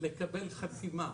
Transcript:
לקבל חסימה